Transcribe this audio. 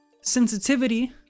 sensitivity